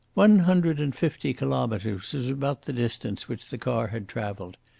one hundred and fifty kilometres was about the distance which the car had travelled.